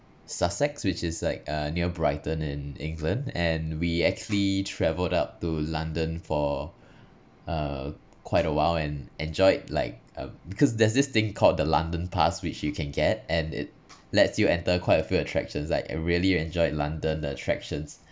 sussex which is like uh near brighton in england and we actually travelled up to london for uh quite a while and enjoyed like uh because there's this thing called the london pass which you can get and it lets you enter quite a few attractions like I really enjoyed london the attractions